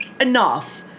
enough